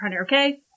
okay